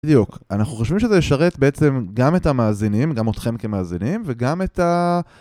בדיוק, אנחנו חושבים שזה ישרת בעצם גם את המאזינים, גם אתכם כמאזינים, וגם את ה...